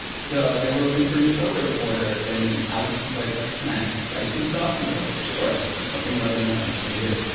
so they were looking for a new subway reporter. and i was just like, can i just write some stuff? and they were like, sure. one thing led to another, i'm still here.